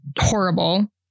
horrible